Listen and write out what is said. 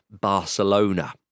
Barcelona